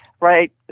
Right